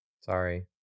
sorry